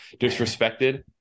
disrespected